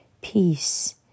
Peace